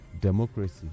Democracy